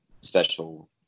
special